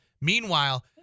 Meanwhile